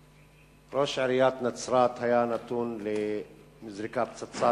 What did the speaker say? ראש עיריית נצרת היה נתון לזריקת פצצה